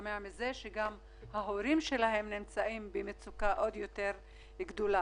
כשמשתמע מזה שההורים שלהם נמצאים במצוקה עוד יותר גדולה.